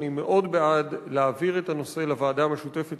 אני מאוד בעד להעביר את הנושא לוועדה המשותפת